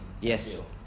Yes